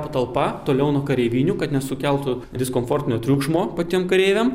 patalpa toliau nuo kareivinių kad nesukeltų diskomfortinio triukšmo patiem kareiviam